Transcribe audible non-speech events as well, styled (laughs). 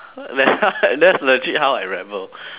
(laughs) that's legit how I rebel